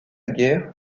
guerre